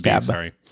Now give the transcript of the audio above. sorry